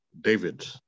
David